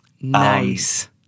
Nice